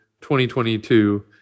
2022